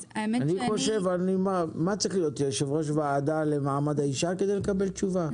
צריך להיות יושב ראש הוועדה למעמד האישה כדי לקבל תשובה?